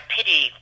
pity